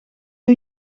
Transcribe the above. doe